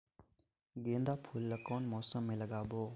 गेंदा फूल ल कौन मौसम मे लगाबो?